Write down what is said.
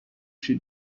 she